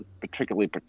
Particularly